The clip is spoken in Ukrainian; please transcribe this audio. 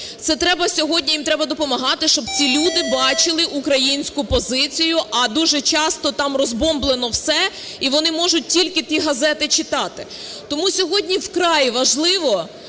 Це треба сьогодні, їм треба допомагати, щоб цю люди бачили українську позицію, а дуже часто там розбомблено все, і вони можуть тільки ті газети читати. Тому сьогодні вкрай важливо